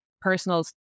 personal